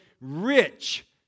rich